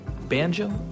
Banjo